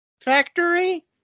factory